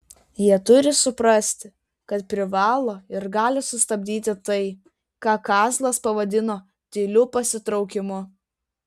jie turi suprasti kad privalo ir gali sustabdyti tai ką kazlas pavadino tyliu pasitraukimu